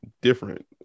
different